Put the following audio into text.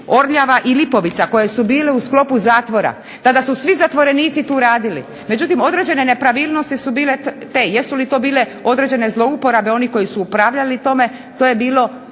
Orljava i Lipovica koje su bile u sklopu zatvora, kada su svi zatvorenici tu radili, međutim, određene nepravilnosti su bile te, jesu li to bile određene zlouporabe onih koji su upravljali time, to je bilo